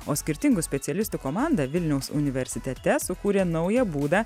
o skirtingų specialistų komanda vilniaus universitete sukūrė naują būdą